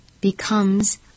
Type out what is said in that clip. becomes